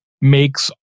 makes